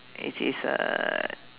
it is a